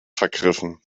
vergriffen